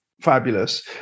fabulous